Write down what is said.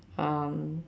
um